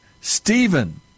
Stephen